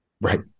Right